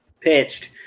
pitched